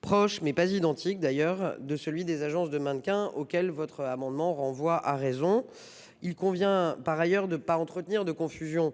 proche, sans lui être identique, de celui qui s'applique aux agences de mannequins, auquel votre amendement renvoie à raison. Il convient par ailleurs de ne pas entretenir de confusion